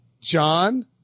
John